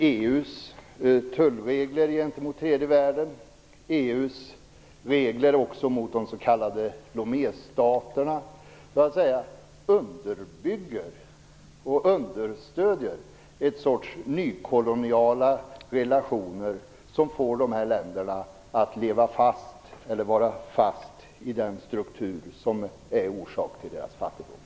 EU:s tullregler gentemot tredje världen, EU:s regler mot de s.k. Loméstaterna underbygger och understödjer ett sorts nykoloniala relationer som får länderna att vara fast i den struktur som är orsak till deras fattigdom.